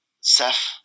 Seth